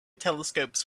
telescopes